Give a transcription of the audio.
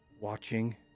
watching